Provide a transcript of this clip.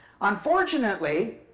Unfortunately